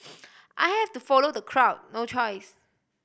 I have to follow the crowd no choice